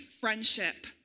friendship